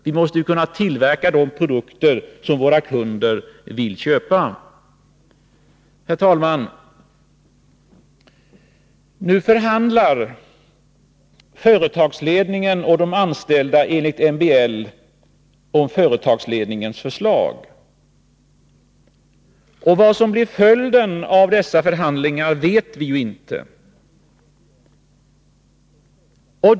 Vi måste kunna tillverka de produkter som våra kunder vill köpa. Herr talman! Nu förhandlar företagsledningen och de anställda enligt MBL om företagsledningens förslag. Vad som blir följden av dessa förhandlingar vet vi ju inte.